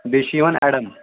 بیٚیہِ چھُ یِوان اٮ۪ڈٮ۪ن